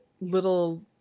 little